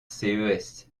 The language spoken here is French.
ces